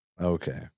Okay